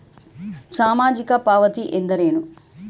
ಸಾಮಾಜಿಕ ಪಾವತಿ ಎಂದರೇನು?